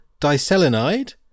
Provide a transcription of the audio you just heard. diselenide